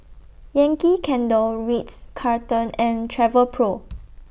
Yankee Candle Ritz Carlton and Travelpro